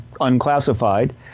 unclassified